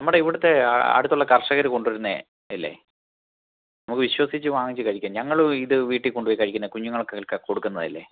നമ്മുടെ ഇവിടുത്തെ ആ അടുത്തുള്ള കർഷകർ കൊണ്ടുവരുന്നത് അല്ലെ നമുക്ക് വിശ്വസിച്ച് വാങ്ങിച്ച് കഴിക്കാം ഞങ്ങളും ഇത് വീട്ടിൽക്കൊണ്ടുപോയി കഴിക്കുന്നതാണ് കുഞ്ഞുങ്ങൾകൾക്കൊക്കെ കൊടുക്കുന്നതല്ലേ